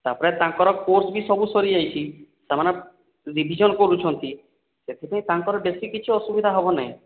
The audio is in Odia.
ତା'ପରେ ତାଙ୍କର କୋର୍ସ୍ ବି ସବୁ ସରିଯାଇଛି ସେମାନେ ରିଭିଜନ୍ କରୁଛନ୍ତି ସେଥିପାଇଁ ତାଙ୍କର ବେଶୀ କିଛି ଅସୁବିଧା ହେବନାହିଁ